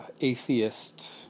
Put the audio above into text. atheist